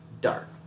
dark